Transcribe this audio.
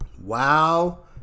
wow